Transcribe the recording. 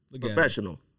Professional